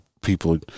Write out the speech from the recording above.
people